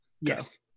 Yes